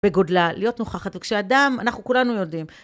בגודלה, להיות נוכחת. וכשאדם, אנחנו כולנו יודעים.